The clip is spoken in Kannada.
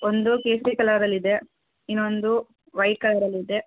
ಒಂದು ಕೇಸರಿ ಕಲರಲ್ಲಿ ಇದೆ ಇನ್ನೊಂದು ವೈಟ್ ಕಲರಲ್ಲಿ ಇದೆ